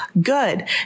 good